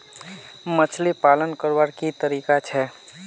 मछली पालन करवार की तरीका छे?